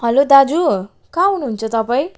hello दाजु कहाँ हुनु हुन्छ तपाईँ